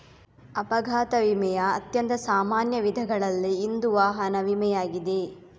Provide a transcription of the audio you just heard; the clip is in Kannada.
ಅಪಘಾತ ವಿಮೆಯ ಅತ್ಯಂತ ಸಾಮಾನ್ಯ ವಿಧಗಳಲ್ಲಿ ಇಂದು ವಾಹನ ವಿಮೆಯಾಗಿದೆ